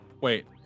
Wait